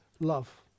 love